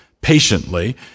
patiently